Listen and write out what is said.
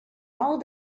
all